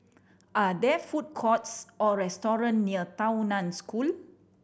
are there food courts or restaurant near Tao Nan School